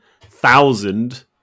thousand